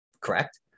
Correct